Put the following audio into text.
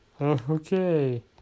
Okay